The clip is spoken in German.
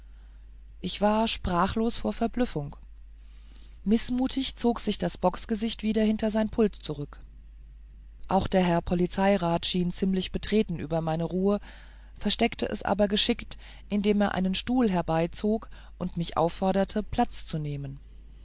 ich war sprachlos vor verblüffung mißmutig zog sich das bocksgesicht wieder hinter sein pult zurück auch der herr polizeirat schien ziemlich betreten über meine ruhe versteckte es aber geschickt indem er einen stuhl herbeizog und mich aufforderte platz zu nehmen